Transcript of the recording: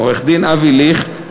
עורך-דין אבי ליכט,